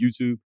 YouTube